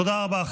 תודה רבה.